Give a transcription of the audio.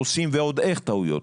עושים ועוד איך טעויות.